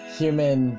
human